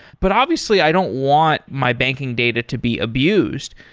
but obviously i don't want my banking data to be abused.